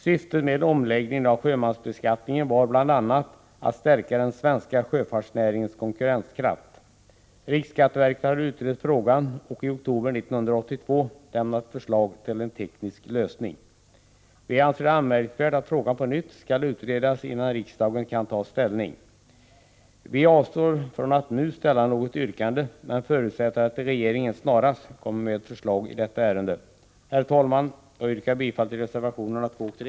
Syftet med omläggningen av sjömansbeskattningen var bl.a. att stärka den svenska sjöfartsnäringens konkurrenskraft. Riksskatteverket har utrett frågan och i oktober 1982 lämnat förslag till en teknisk lösning. Vi anser det anmärkningsvärt att frågan på nytt skall utredas innan riksdagen kan ta ställning. Vi avstår från att nu framställa något yrkande men förutsätter att regeringen snarast kommer med förslag i detta ärende. Herr talman! Jag yrkar bifall till reservationerna 2 och 3.